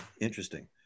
interesting